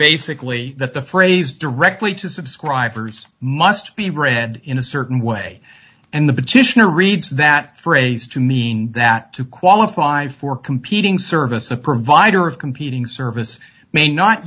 basically that the phrase directly to subscribers must be read in a certain way and the petitioner reads that phrase to mean that to qualify for competing service a provider of competing service may not